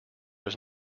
was